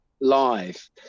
Live